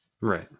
Right